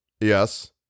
Yes